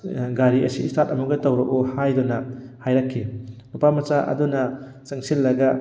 ꯒꯥꯔꯤ ꯑꯁꯤ ꯏꯁꯇꯥꯠ ꯑꯃꯨꯛꯇ ꯇꯧꯔꯛꯎ ꯍꯥꯏꯗꯨꯅ ꯍꯥꯏꯔꯛꯈꯤ ꯅꯨꯄꯥ ꯃꯆꯥ ꯑꯗꯨꯅ ꯆꯪꯁꯤꯜꯂꯒ